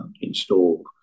installed